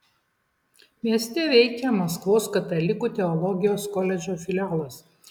mieste veikia maskvos katalikų teologijos koledžo filialas